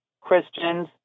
Christians